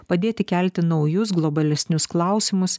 padėti kelti naujus globalesnius klausimus